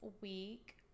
week